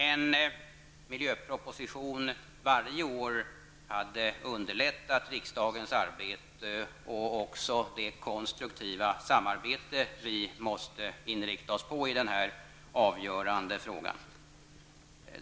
En miljöproposition varje år hade underlättat riksdagens arbete och även det konstruktiva samarbete vi måste inrikta oss på i den här avgörande frågan.